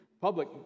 public